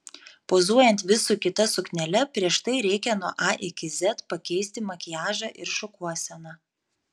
pozuojant vis su kita suknele prieš tai reikia nuo a iki z pakeisti makiažą ir šukuoseną